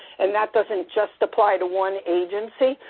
and that doesn't just apply to one agency.